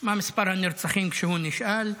מה מספר הנרצחים כשהוא נשאל,